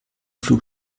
flug